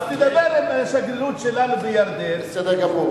אז תדבר עם השגרירות שלנו בירדן, בסדר גמור.